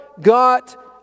got